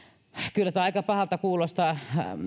kyllä tämä aika pahalta kuulostaa